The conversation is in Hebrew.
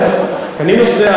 אני נוסע,